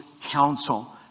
counsel